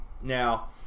Now